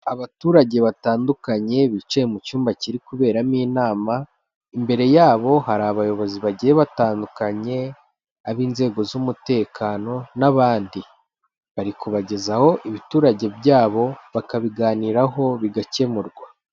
Abaturage batandukanye bicaye mu cyumba kiri kuberamo inama, imbere yabo hari abayobozi bagiye batandukanye, ab'inzego z'umutekano n'abandi, bari kubagezaho ibitekerezo byabo bakabiganiraho bigakemurwa.